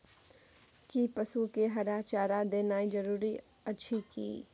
कि पसु के हरा चारा देनाय जरूरी अछि की?